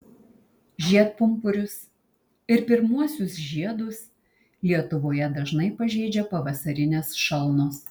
žiedpumpurius ir pirmuosius žiedus lietuvoje dažnai pažeidžia pavasarinės šalnos